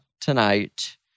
tonight—